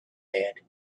had